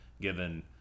given